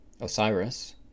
Osiris